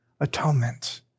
atonement